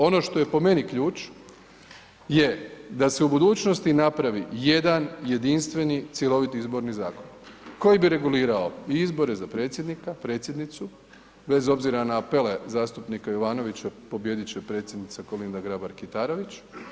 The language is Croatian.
Ono što je po meni ključ je da se u budućnosti napravi jedan jedinstveni cjeloviti izborni zakon koji bi regulirao i izbore za predsjednika, predsjednicu, bez obzira na apele zastupnika Jovanovića, pobijediti će predsjednica Kolinda Grabar Kitarović.